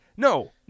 No